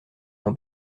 mon